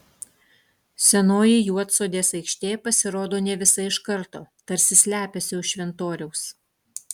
senoji juodsodės aikštė pasirodo ne visa iš karto tarsi slepiasi už šventoriaus